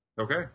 Okay